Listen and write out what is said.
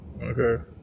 Okay